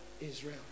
Israel